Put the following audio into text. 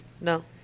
No